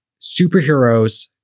superheroes